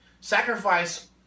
Sacrifice